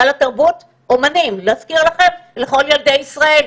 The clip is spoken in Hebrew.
סל התרבות, אמנים, להזכיר לכם, לכל ילדי ישראל: